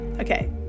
Okay